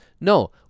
No